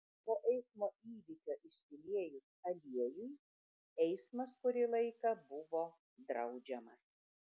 po eismo įvykio išsiliejus aliejui eismas kurį laiką buvo draudžiamas